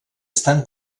estan